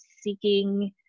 seeking